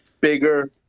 bigger